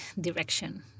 direction